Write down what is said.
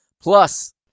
plus